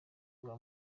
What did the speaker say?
bwo